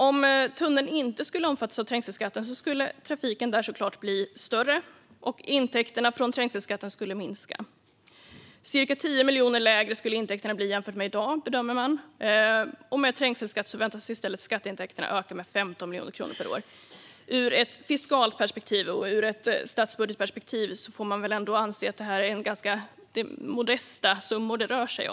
Om tunneln inte skulle omfattas av trängselskatten skulle trafiken där såklart bli större, och intäkterna från trängselskatten skulle minska. Man bedömer att intäkterna skulle bli ca 10 miljoner lägre än i dag. Med trängselskatt väntas i stället skatteintäkterna öka med 15 miljoner kronor per år. Ur ett fiskalt perspektiv och ur ett statsbudgetperspektiv får man väl ändå anse att det här rör sig om modesta summor.